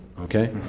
okay